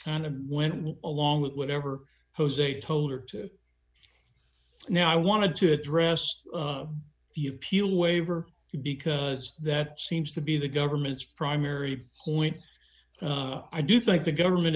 of went along with whatever jose told her to now i wanted to address if you peel waiver because that seems to be the government's primary point i do think the government